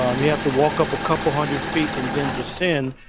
um we have to walk up a couple hundred feet and then, descend.